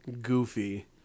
goofy